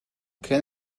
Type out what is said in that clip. can